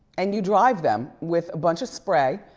and you drive them with a bunch of spray,